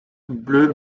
bleu